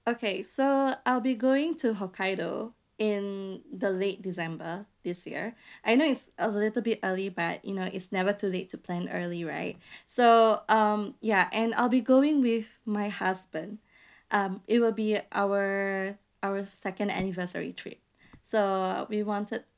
okay so I'll be going to hokkaido in the late december this year I know it's a little bit early but you know it's never too late to plan early right so um ya and I'll be going with my husband um it will be our our second anniversary trip so so we wanted